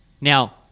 Now